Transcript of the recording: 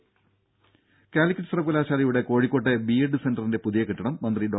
രുര കാലിക്കറ്റ് സർവ്വകലാശാലയുടെ കോഴിക്കോട്ടെ ബിഎഡ് സെന്ററിന്റെ പുതിയ കെട്ടിടം മന്ത്രി ഡോ